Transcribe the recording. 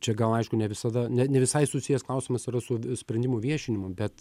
čia gal aišku ne visada ne ne visai susijęs klausimas yra su v sprendimų viešinimu bet